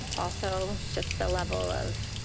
also just the level of